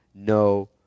No